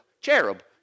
cherub